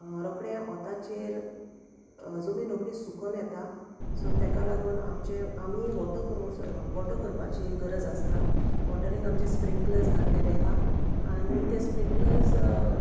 रोकडें ओताचेर जोमीन रोकडी सुकोन येता सो तेका लागून आमचे आमी वॉटर करूं वॉटर करपाची गरज आसता वॉटरींग आमचे स्प्रिंकलर्स घातलेले आहा आनी ते स्प्रिंकलर्स